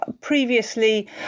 previously